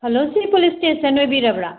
hello ꯁꯤ police station ꯑꯣꯏꯕꯤꯔꯕ꯭ꯔꯥ